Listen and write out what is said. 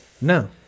No